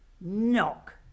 knock